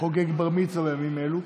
חוגג בר-מצווה בימים אלו.